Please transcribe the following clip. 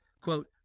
Quote